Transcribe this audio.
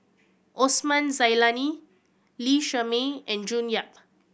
Osman Zailani Lee Shermay and June Yap